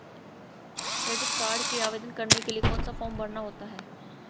Credit card के लिए आवेदन करने के लिए कौन सा फॉर्म भरना होता है?